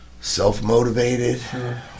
self-motivated